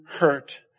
hurt